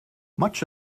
much